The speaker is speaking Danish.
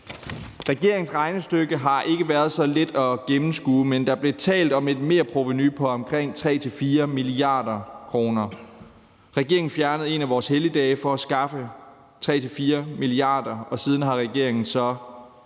Regeringens regnestykke har ikke været så let at gennemskue, men der blev talt om et merprovenu på omkring 3-4 mia. kr. Regeringen fjernede en af vores helligdage for at skaffe 3-4 mia. kr., og siden har regeringen så